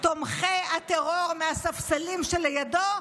תומכי הטרור מהספסלים שלידו,